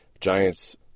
Giants